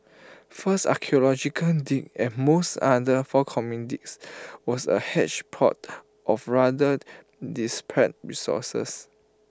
first archaeological dig and most other forthcoming digs was A hedge pod of rather disparate resources